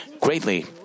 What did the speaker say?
greatly